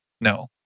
No